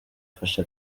fasha